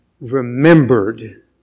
remembered